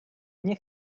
nie